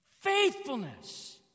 faithfulness